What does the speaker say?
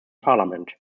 parliament